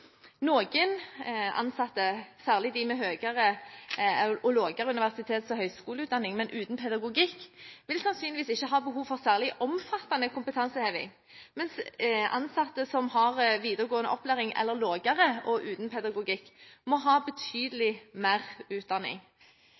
Noen ansatte, særlig de med høyere og lavere universitets- og høgskoleutdanning, men uten pedagogikk, vil sannsynligvis ikke ha behov for særlig omfattende kompetanseheving, mens ansatte som har videregående opplæring eller lavere og uten pedagogikk, må ha betydelig mer utdanning.